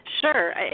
Sure